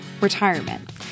retirement